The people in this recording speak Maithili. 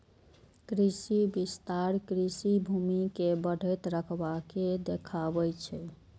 कृषि विस्तार कृषि भूमि के बढ़ैत रकबा के देखाबै छै